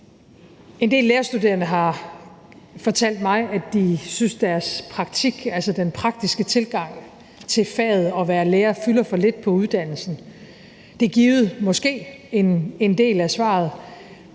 En del lærerstuderende har fortalt mig, at de synes, at deres praktik, altså den praktiske tilgang til lærerfaget, fylder for lidt på uddannelsen, og det er givet – måske – en del af svaret.